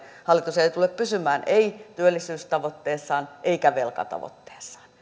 hallitus ei ei tule pysymään työllisyystavoitteessaan eikä velkatavoitteessaan